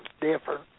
different